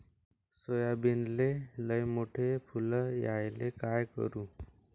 सोयाबीनले लयमोठे फुल यायले काय करू?